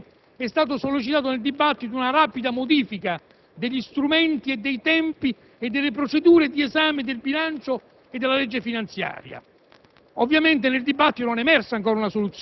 Da più parti - affronto un'altra questione - è stata sollecitata nel dibattito una rapida modifica degli strumenti, dei tempi e delle procedure di esame del bilancio e della legge finanziaria.